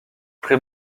très